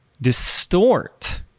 distort